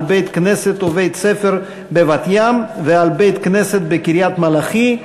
בית-כנסת ובית-ספר בבת-ים ועל בית-כנסת בקריית-מלאכי.